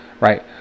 Right